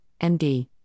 MD